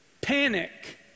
panic